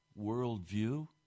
worldview